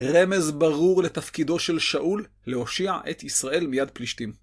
רמז ברור לתפקידו של שאול להושיע את ישראל מיד פלישתים.